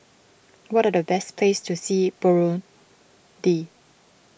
what are the best places to see in Burundi